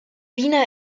wiener